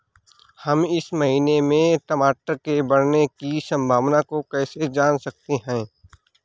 हम इस महीने में टमाटर के बढ़ने की संभावना को कैसे जान सकते हैं?